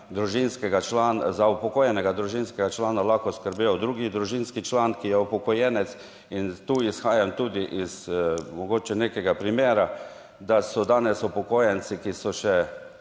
za upokojenega družinskega člana lahko skrbel drugi družinski član, ki je upokojenec in tu izhajam tudi iz mogoče nekega primera, da so danes upokojenci, ki so še